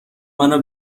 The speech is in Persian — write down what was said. منو